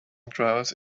drivers